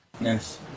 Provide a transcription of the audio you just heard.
Yes